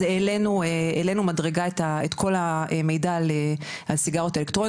אז העלנו מדרגה את כל המידע על סיגריות אלקטרוניות,